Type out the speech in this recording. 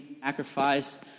sacrifice